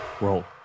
Roll